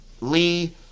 Lee